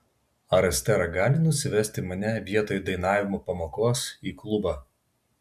ar estera gali nusivesti mane vietoj dainavimo pamokos į klubą